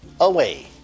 away